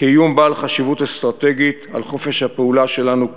כאיום בעל חשיבות אסטרטגית על חופש הפעולה שלנו כמדינה,